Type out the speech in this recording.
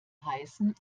heißen